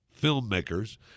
filmmakers